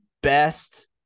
best